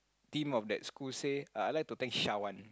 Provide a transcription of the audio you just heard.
team of that school say ah I would like to thank Shawan